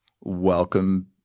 welcome